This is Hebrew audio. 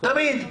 תמיד.